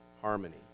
harmony